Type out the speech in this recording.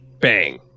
bang